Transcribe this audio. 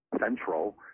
central